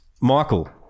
Michael